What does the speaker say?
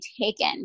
taken